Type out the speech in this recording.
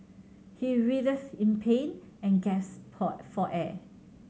he writhed in pain and gasped for air